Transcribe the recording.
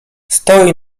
stoi